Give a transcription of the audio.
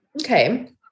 Okay